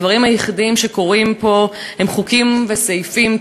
הדברים היחידים שקורים פה הם חוקים וסעיפים טכניים,